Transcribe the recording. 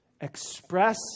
Express